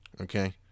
Okay